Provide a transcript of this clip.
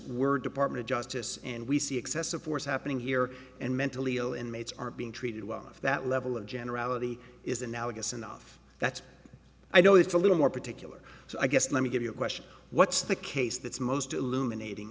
were department of justice and we see excessive force happening here and mentally ill inmates are being treated well if that level of generality is analogous enough that i know it's a little more particular so i guess let me give you a question what's the case that's most illuminating